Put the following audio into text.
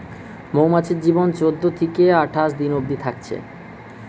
মৌমাছির জীবন চোদ্দ থিকে আঠাশ দিন অবদি থাকছে